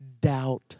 doubt